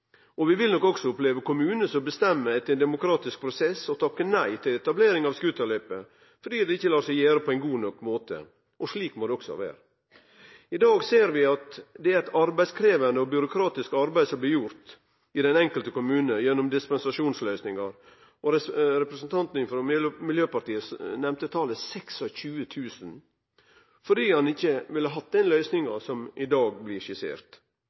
konflikt. Vi vil nok også oppleve kommunar som bestemmer etter ein demokratisk prosess å takke nei til etablering av scooterløype, fordi det ikkje lar seg gjere på ein god nok måte. Og slik må det også vere. I dag ser vi at det er eit arbeidskrevjande og byråkratisk arbeid som blir gjort i den enkelte kommune gjennom dispensasjonsløysingar – representanten frå Miljøpartiet Dei Grøne nemnde talet 26 000 – fordi ein ikkje har vilja hatt den løysinga som i dag blir skissert.